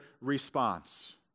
response